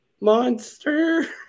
monster